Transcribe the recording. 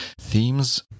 Themes